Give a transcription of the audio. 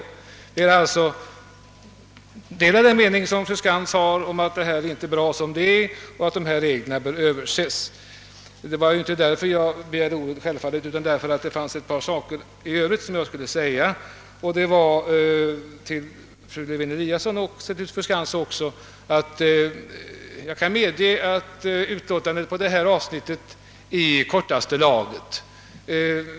Vi delar alltså fru Skantz” mening att det inte är bra som det är och att reglerna bör överses. Det var självfallet inte för att säga detta som jag begärde ordet. Jag vill till fru Lewén-Eliasson och naturligtvis också till fru Skantz säga att jag kan hålla med om att utskottsutlåtandet på detta avsnitt är i kortaste laget.